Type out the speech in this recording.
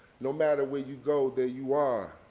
no matter where you go, there you are.